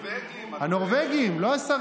הנורבגים, הנורבגים.